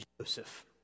Joseph